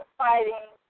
fighting